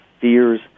fears